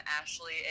Ashley